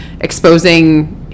exposing